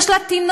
יש לה תינוק,